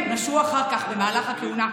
נדמה כי היא נעלמה מן העולם.